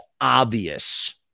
obvious